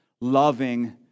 loving